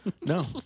No